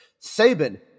Saban